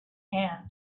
hand